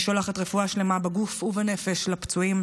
אני שולחת רפואה שלמה בגוף ובנפש לפצועים